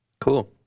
Cool